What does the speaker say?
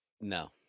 No